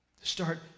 Start